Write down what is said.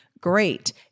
Great